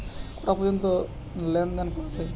কটা পর্যন্ত লেন দেন করা য়ায়?